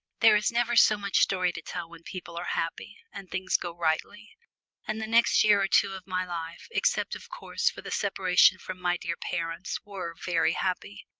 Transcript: there is never so much story to tell when people are happy, and things go rightly and the next year or two of my life, except of course for the separation from my dear parents, were very happy.